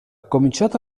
cominciato